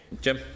Jim